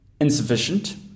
insufficient